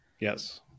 Yes